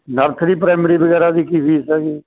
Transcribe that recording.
nursery primary ਵਗੈਰਾ ਦੀ ਕੀ ਫੀਸ ਹੈ ਜੀ